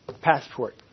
passport